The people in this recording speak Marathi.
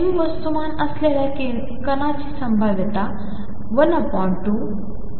m वस्तुमान असलेल्या कणाची संभाव्यता12m2x2असेल